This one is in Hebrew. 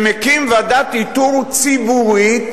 שמקים ועדת איתור ציבורית,